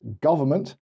government